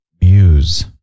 muse